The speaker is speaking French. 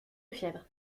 fièvre